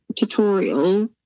tutorials